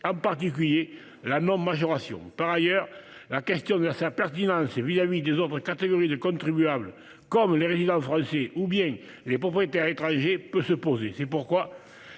en particulier la non-majoration. Par ailleurs, la question de sa pertinence vis-à-vis des autres catégories de contribuables, comme les résidents français ou bien les propriétaires étrangers, peut se poser. C'est pourquoi